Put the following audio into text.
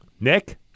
Nick